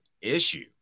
issue